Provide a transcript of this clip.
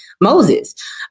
Moses